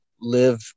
live